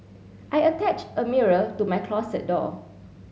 I attached a mirror to my closet door